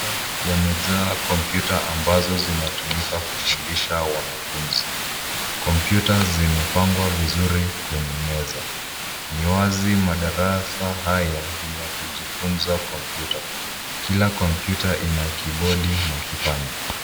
Madarasa yamejaa kompyuta ambazo zinatumika kufundisha wanafunzi. Kompyuta zimepangwa vizuri kwenye meza. Ni wazi madarasa haya ni ya kujifunza kompyuta. Kila kompyuta ina kibodi na kipanya.